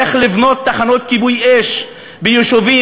איך לבנות תחנות כיבוי אש ביישובים,